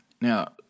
Now